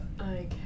Okay